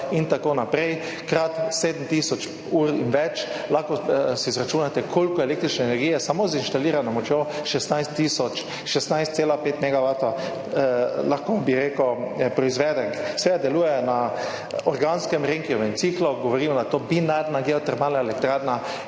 in tako naprej. Krat 7 tisoč ur in več, lahko si izračunate, koliko električne energije samo z inštalirano močjo 16,5 megavata lahko proizvede. Seveda deluje na organskem Rankinovem ciklu, govorimo, da je to binarna geotermalna elektrarna,